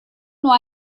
nur